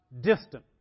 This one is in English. distant